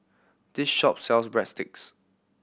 this shop sells Breadsticks